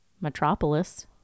Metropolis